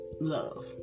love